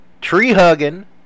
tree-hugging